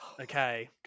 Okay